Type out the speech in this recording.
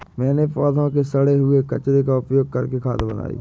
मैंने पौधों के सड़े हुए कचरे का उपयोग करके खाद बनाई